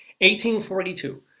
1842